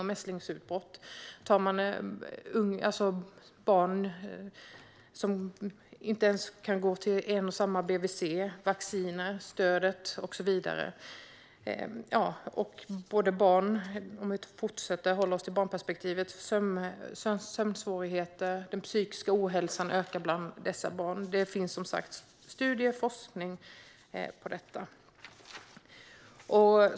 Barn med kortvarigt boende kan inte ens gå till en och samma BVC när det gäller stöd och vaccinering. Barnen kan få sömnsvårigheter, och den psykiska ohälsan bland dessa barn ökar. Det finns, som sagt, studier och forskning som visar detta.